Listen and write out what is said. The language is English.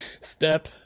Step